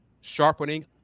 sharpening